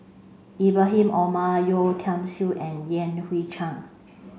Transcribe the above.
Ibrahim Omar Yeo Tiam Siew and Yan Hui Chang